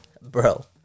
Bro